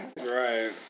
right